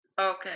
Okay